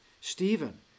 Stephen